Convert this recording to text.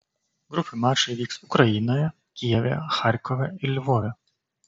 grupių mačai vyks ukrainoje kijeve charkove ir lvove